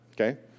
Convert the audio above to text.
Okay